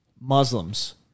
Muslims